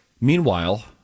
Meanwhile